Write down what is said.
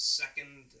second